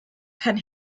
kann